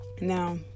Now